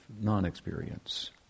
non-experience